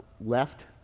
left